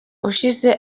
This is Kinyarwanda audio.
ushize